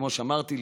כמו שאמרתי,